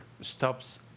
stops